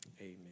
amen